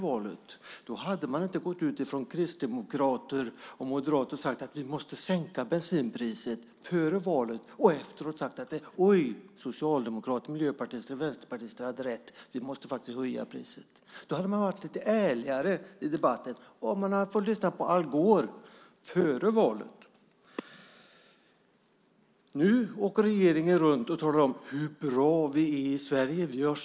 Då hade inte kristdemokrater och moderater före valet sagt att bensinpriset måste sänkas och efter valet sagt att socialdemokrater, miljöpartister och vänsterpartister hade rätt och att priset måste höjas. Om de hade hört Al Gore före valet hade de varit lite ärligare i debatten. Nu åker regeringen runt och talar om hur bra regeringen är för Sverige.